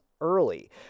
early